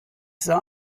sah